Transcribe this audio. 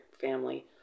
Family